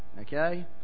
okay